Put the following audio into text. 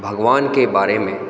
भगवान के बारे में